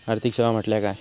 आर्थिक सेवा म्हटल्या काय?